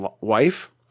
wife